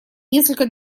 несколько